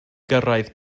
gyrraedd